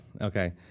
okay